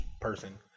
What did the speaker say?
person